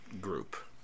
group